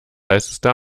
heißeste